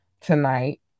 tonight